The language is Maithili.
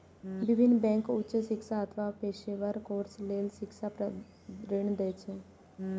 विभिन्न बैंक उच्च शिक्षा अथवा पेशेवर कोर्स लेल शिक्षा ऋण दै छै